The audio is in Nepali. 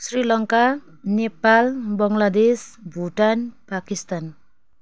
श्रीलङ्का नेपाल बङ्गलादेश भुटान पाकिस्तान